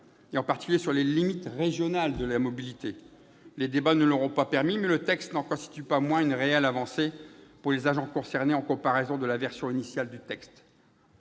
en particulier s'agissant des limites régionales de la mobilité. Les débats ne l'ont pas permis, mais le texte n'en constitue pas moins une réelle avancée pour les agents concernés en comparaison de sa version initiale.